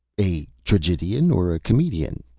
a tragedian or a comedian?